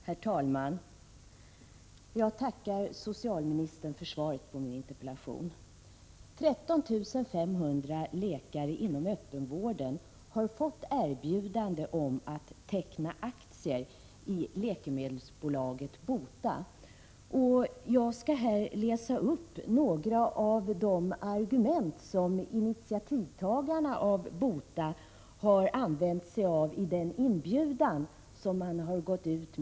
Herr talman! Jag tackar socialministern för svaret på min interpellation. 13 500 läkare inom öppenvården har fått erbjudande om att teckna aktier i läkemedelsbolaget BOTA. Jag skall här läsa upp några av de argument som initiativtagarna till BOTA har använt sig av i den inbjudan som gått ut till läkarna.